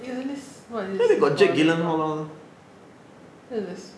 isn't this what you say about le~ bulb look at this